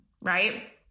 Right